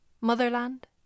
Motherland